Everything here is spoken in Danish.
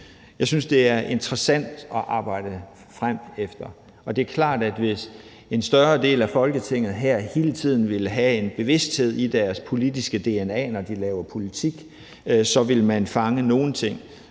Jeg synes, det er interessant at arbejde frem efter, og det er klart, at hvis en større del af Folketinget her hele tiden vil have en bevidsthed i deres politiske dna, når de laver politik, så vil man fange nogle ting,